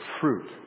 fruit